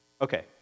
okay